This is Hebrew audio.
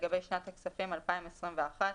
לגבי שנת הכספים 2021 .